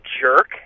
jerk